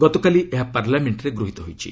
ଗତକାଲି ଏହା ପାର୍ଲାମେଷ୍ଟ୍ରେ ଗୃହୀତ ହୋଇଛି